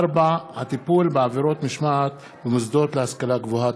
4. הטיפול בעבירות משמעת במוסדות להשכלה גבוהה.